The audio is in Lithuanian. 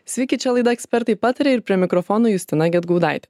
sveiki čia laida ekspertai pataria ir prie mikrofonų justina gedgaudaitė